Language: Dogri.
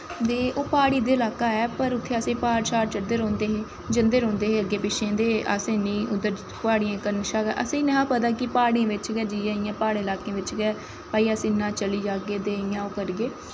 ओह् प्हाड़ी जेहा लाह्का ऐ अस उत्थै प्हाड़ चढ़दे रौंह्दे हे जंदे रौंह्दे हे अग्गें पिच्छें ते दे असें नी पता उद्धर प्हाड़ियें शा उद्धर प्हाड़ियें च गै जाइयै इ'यां प्हाड़ी लाकें बिच्च जाइयै इ'यां अस चली जाह्गे ते इ'यां करगे